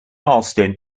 austen